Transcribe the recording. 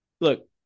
look